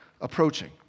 approaching